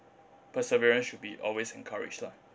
perseverance should be always encouraged lah